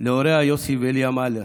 להוריה יוסי ואליה מלר,